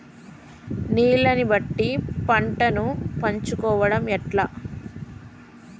నీళ్లని బట్టి పంటను ఎంచుకోవడం ఎట్లా?